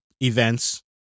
events